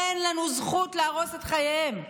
אין לנו זכות להרוס את חייהם,